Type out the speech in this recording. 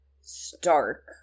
stark